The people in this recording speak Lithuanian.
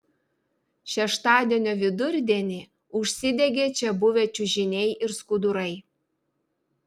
šeštadienio vidurdienį užsidegė čia buvę čiužiniai ir skudurai